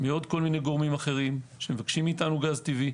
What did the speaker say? מעוד כל מיני גורמים שמבקשים מאתנו גז טבעי.